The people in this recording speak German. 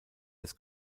des